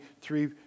three